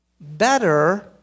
better